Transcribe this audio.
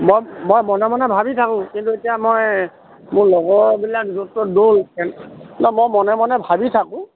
মই মই মনে মনে ভাবি থাকোঁ কিন্তু এতিয়া মই মোৰ লগৰবিলাক য'ত ত'ত নহয় মই মনে মনে ভাবি থাকোঁ